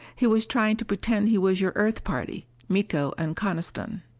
he was trying to pretend he was your earth party, miko and coniston.